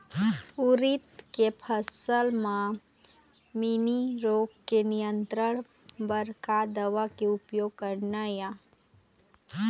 उरीद के फसल म मैनी रोग के नियंत्रण बर का दवा के उपयोग करना ये?